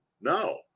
No